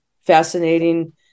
fascinating